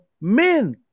men